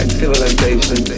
civilization